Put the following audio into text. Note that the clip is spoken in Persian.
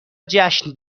جشن